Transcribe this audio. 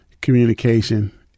communication